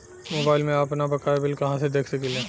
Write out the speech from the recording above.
Mobile में आपनबकाया bill कहाँसे देख सकिले?